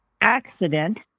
accident